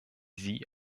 sie